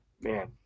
man